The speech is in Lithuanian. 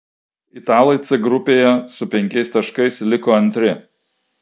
italai c grupėje su penkiais taškais liko antri